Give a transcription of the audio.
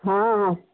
ହଁ ହଁ